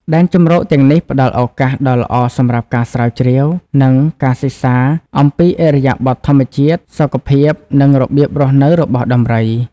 ដែនជម្រកទាំងនេះផ្តល់ ឱកាសដ៏ល្អសម្រាប់ការស្រាវជ្រាវ និងការសិក្សាអំពី ឥរិយាបថធម្មជាតិ សុខភាព និងរបៀបរស់នៅរបស់ដំរី។